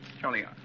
Charlie